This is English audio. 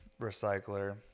recycler